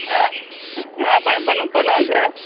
ஆ ஆ பண்ணுவேன் சார்